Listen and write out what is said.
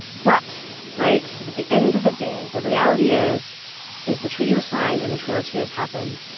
but right? at the end of the day, the reality is is the treaty was signed and the trail of tears happened.